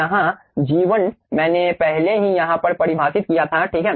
जहां G1 मैंने पहले ही यहां पर परिभाषित किया था ठीक है